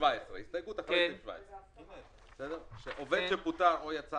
הסתייגות אחרי סעיף 17. עובד שפוטר או יצא